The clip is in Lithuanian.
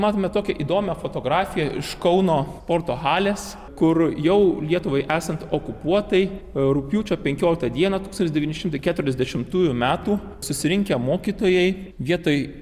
matome tokią įdomią fotografiją iš kauno sporto halės kur jau lietuvai esant okupuotai rugpjūčio penkioliktą dieną tūkstantis devyni šimtai keturiasdešimtųjų metų susirinkę mokytojai vietoj